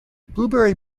blueberry